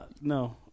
No